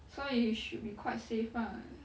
so you should be quite safe right